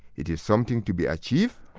it is something to be achieved,